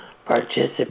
participate